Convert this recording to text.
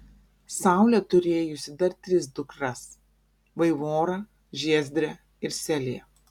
saulė turėjusi dar tris dukras vaivorą žiezdrę ir seliją